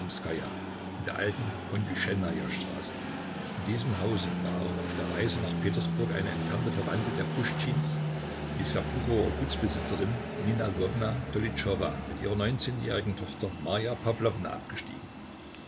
in der alten konjuschennaja straße in diesem hause war auch auf der reise nach petersburg eine entfernte verwandte der puschtschins die sserpuchower gutsbesitzerin nina ljwowna tolytschowa mit ihrer neunzehnjährigen tochter marja pawlowna abgestiegen